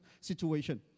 situation